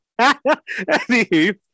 Anywho